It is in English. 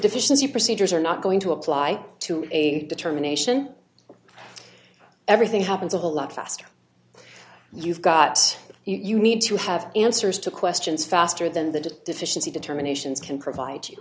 deficiency procedures are not going to apply to a determination everything happens a whole lot faster you've got you need to have answers to questions faster than the deficiency determinations can provide you